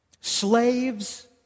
slaves